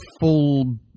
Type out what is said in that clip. full